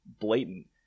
blatant